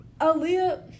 Aaliyah